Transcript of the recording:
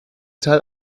teil